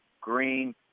Green